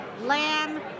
lamb